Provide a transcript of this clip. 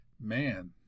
Man